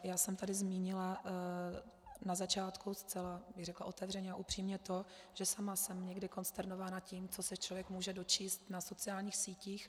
Já jsem tady zmínila na začátku, zcela bych řekla otevřeně a upřímně, to, že sama jsem někdy konsternována tím, co se člověk může dočíst na sociálních sítích.